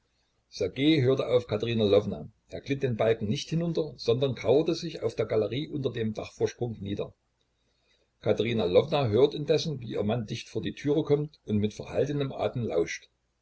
hörte auf katerina lwowna er glitt den balken nicht hinunter sondern kauerte sich auf der galerie unter dem dachvorsprung nieder katerina lwowna hört indessen wie ihr mann dicht vor die türe kommt und mit verhaltenem atem lauscht